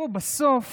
בסוף